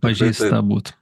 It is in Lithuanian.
pažeista būt